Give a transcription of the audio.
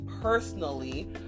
personally